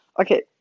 Okay